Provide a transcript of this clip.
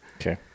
Okay